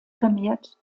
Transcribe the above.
vermehrt